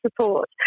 support